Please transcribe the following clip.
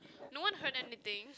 no one heard anything